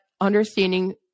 understanding